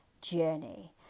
journey